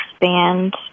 expand